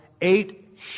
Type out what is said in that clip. eight